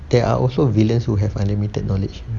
there are also villains who have unlimited knowledge